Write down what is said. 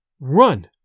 Run